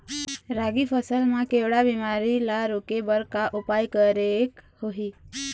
रागी फसल मा केवड़ा बीमारी ला रोके बर का उपाय करेक होही?